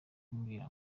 kumbwira